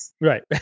right